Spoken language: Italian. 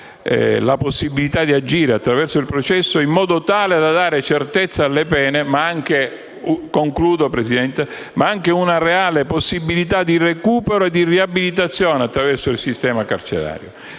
la possibilità di agire, attraverso il processo, in modo tale da dare certezza alle pene, ma anche una reale possibilità di recupero e di riabilitazione attraverso il sistema carcerario.